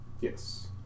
Yes